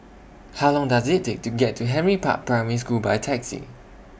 How Long Does IT Take to get to Henry Park Primary School By Taxi